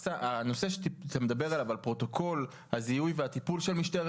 הנושא שאתה מדבר עליו על פרוטוקול הזיהוי והטיפול של משטרת